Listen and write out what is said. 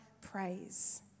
praise